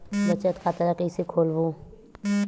बचत खता ल कइसे खोलबों?